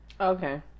Okay